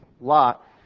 Lot